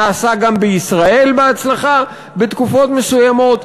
ונעשה גם בישראל בהצלחה בתקופות מסוימות.